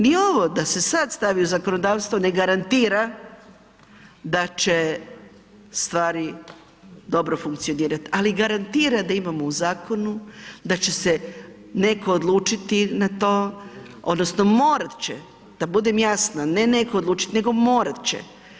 Ni ovo da se sad stavi u zakonodavstvo ne garantira da će stvari dobro funkcionirat, ali garantira da imamo u zakonu, da će se neko odlučiti na to odnosno morat će, da budem jasna, ne neko odlučit nego morat će.